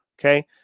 okay